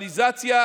ונורמליזציה,